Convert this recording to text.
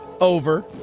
over